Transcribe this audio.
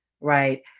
right